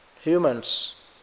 humans